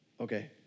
okay